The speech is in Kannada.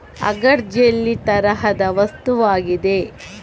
ಅಗರ್ಜೆಲ್ಲಿ ತರಹದ ವಸ್ತುವಾಗಿದೆ